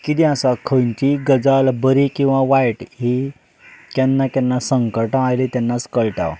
कितें आसा खंयचीय गजाल बरी किंवा वायट ही केन्ना केन्ना संकटां आयलीं तेन्नाच कळटा